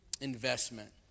Investment